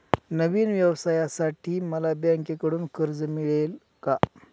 नवीन व्यवसायासाठी मला बँकेकडून कर्ज मिळेल का?